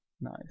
Nice